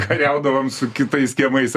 kariaudavom su kitais kiemais